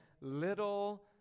little